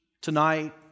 tonight